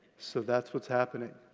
so that's what's happening.